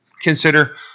consider